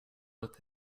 with